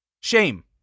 Shame